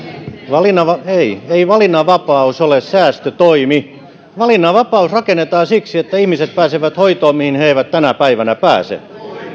valinnanvapaus ei ei valinnanvapaus ole säästötoimi valinnanvapaus rakennetaan siksi että ihmiset pääsevät hoitoon mihin he eivät tänä päivänä pääse